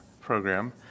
program